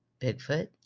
Bigfoot